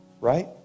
right